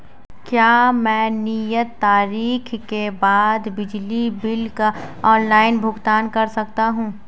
क्या मैं नियत तारीख के बाद बिजली बिल का ऑनलाइन भुगतान कर सकता हूं?